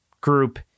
group